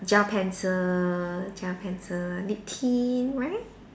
gel pencil gel pencil lip tint right